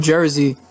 Jersey